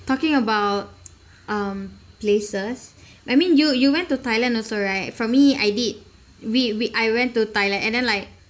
talking about um places I mean you you went to thailand also right for me I did we we I went to thailand and then like